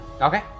Okay